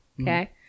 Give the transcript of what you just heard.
okay